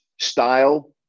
style